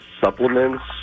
supplements